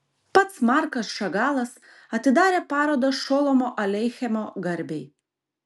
pats markas šagalas atidarė parodą šolomo aleichemo garbei